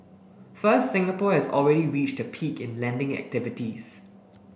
first Singapore has already reached a peak in lending activities